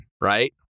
Right